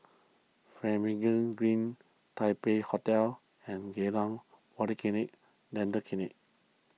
Finlayson Green Taipei Hotel and Geylang Polyclinic Dental Clinic